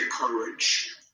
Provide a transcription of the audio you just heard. courage